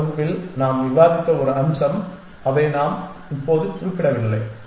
கடந்த வகுப்பில் நாம் விவாதித்த ஒரு அம்சம் அதை நாம் இப்போது குறிப்பிடவில்லை